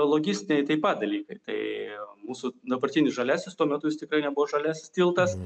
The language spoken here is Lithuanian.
logistiniai taip pat dalykai tai mūsų dabartinis žaliasis tuo metu jis tikrai nebuvo žaliasis tiltas